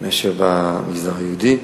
מאשר במגזר היהודי.